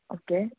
okay